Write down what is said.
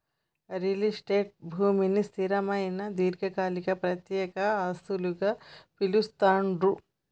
real estate భూమిని స్థిరమైన దీర్ఘకాలిక ప్రత్యక్ష ఆస్తులుగా పిలుత్తాండ్లు